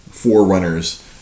Forerunners